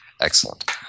Excellent